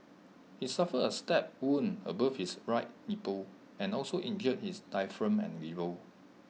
he suffered A stab wound above his right nipple and also injured his diaphragm and liver